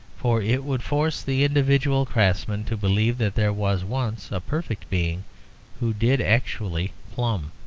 for it would force the individual craftsman to believe that there was once a perfect being who did actually plumb.